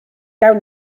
gawn